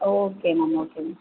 okay ma'am okay ma'am